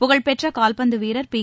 புகழ்பெற்ற கால்பந்து வீரர் பி